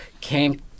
came